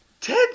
Ted